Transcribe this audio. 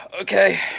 Okay